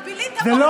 תודה.